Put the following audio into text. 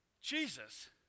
Jesus